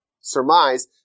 surmise